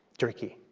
turkey.